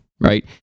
right